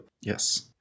Yes